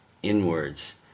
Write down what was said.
inwards